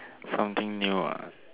something new ah